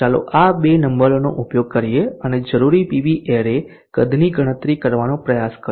ચાલો આ બે નંબરોનો ઉપયોગ કરીએ અને જરૂરી PV એરે કદની ગણતરી કરવાનો પ્રયાસ કરીએ